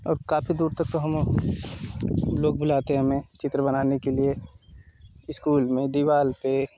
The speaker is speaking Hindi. अब काफ़ी दूर तक तो हम लोग बुलाते हैं हमें चित्र बनाने के लिए स्कूल में दीवार पर